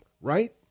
Right